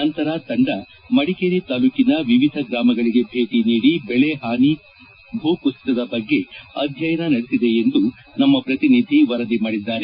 ನಂತರ ತಂಡ ಮಡಿಕೇರಿ ತಾಲೂಕಿನ ವಿವಿಧ ಗ್ರಾಮಗಳಿಗೆ ಭೇಟಿ ನೀಡಿ ಬೆಳೆ ಹಾನಿ ಭೂಕುಸಿತದ ಬಗ್ಗೆ ಅಧ್ಯಯನ ನಡೆಸಿದೆ ಎಂದು ನಮ್ಮ ಶ್ರತಿನಿಧಿ ವರದಿ ಮಾಡಿದ್ದಾರೆ